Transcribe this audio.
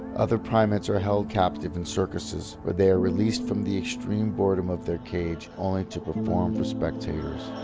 other primates are held captive in circuses, where they are released from the extreme boredom of their cage only to perform for spectators,